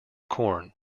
korn